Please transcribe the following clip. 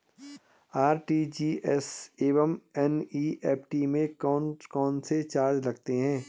RTGS एवं NEFT में कौन कौनसे चार्ज लगते हैं?